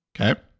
Okay